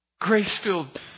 grace-filled